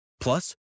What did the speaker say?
Plus